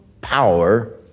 power